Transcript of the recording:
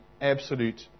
absolute